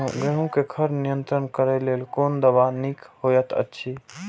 गेहूँ क खर नियंत्रण क लेल कोन दवा निक होयत अछि?